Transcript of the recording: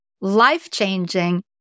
life-changing